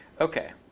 ok.